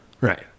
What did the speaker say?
Right